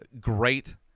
Great